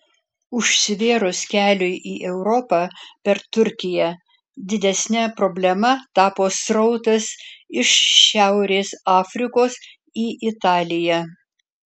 užsivėrus keliui į europą per turkiją didesne problema tapo srautas iš šiaurės afrikos į italiją